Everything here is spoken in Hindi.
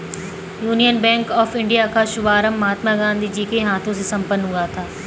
यूनियन बैंक ऑफ इंडिया का शुभारंभ महात्मा गांधी के हाथों से संपन्न हुआ था